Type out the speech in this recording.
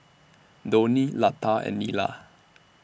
Dhoni Lata and Neila